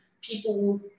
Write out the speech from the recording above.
people